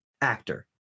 actor